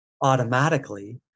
automatically